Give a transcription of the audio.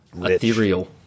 ethereal